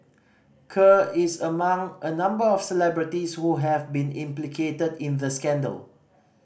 Kerr is among a number of celebrities who have been implicated in the scandal